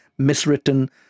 miswritten